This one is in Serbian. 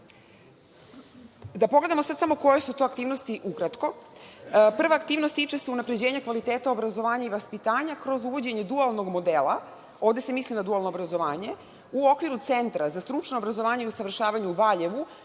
pogledamo samo koje su to aktivnosti ukratko. Prva aktivnost tiče se unapređenja kvaliteta obrazovanja i vaspitanja kroz uvođenje dualnog modela. Ovde se misli na dualno obrazovanje, u okviru Centra za stručno obrazovanje i usavršavanje u Valjevu,